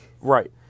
right